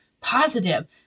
positive